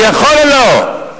הוא יכול או לא?